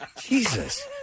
Jesus